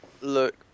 Look